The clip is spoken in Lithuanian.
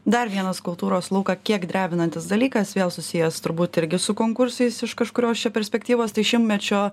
dar vienas kultūros lauką kiek drebinantis dalykas vėl susijęs turbūt irgi su konkursais iš kažkurios čia perspektyvos tai šimtmečio